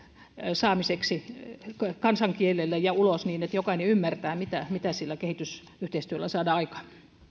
saamiseksi kansankielelle ja ulos niin että jokainen ymmärtää mitä mitä sillä kehitysyhteistyöllä saadaan aikaan